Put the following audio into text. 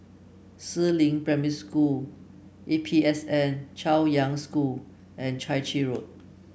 Si Ling Primary School A P S N Chaoyang School and Chai Chee Road